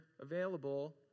available